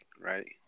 Right